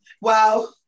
wow